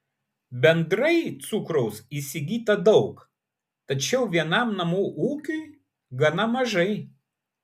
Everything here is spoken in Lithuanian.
bendrai cukraus įsigyta daug tačiau vienam namų ūkiui gana mažai